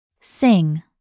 Sing